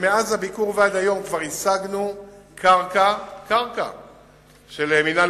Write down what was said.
ומאז הביקור ועד היום כבר השגנו קרקע של מינהל